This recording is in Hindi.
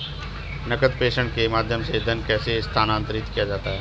नकद प्रेषण के माध्यम से धन कैसे स्थानांतरित किया जाता है?